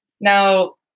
Now